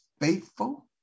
faithful